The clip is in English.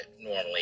normally